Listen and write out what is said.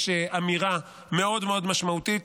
יש אמירה מאוד מאוד משמעותית.